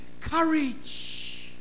courage